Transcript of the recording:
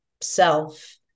self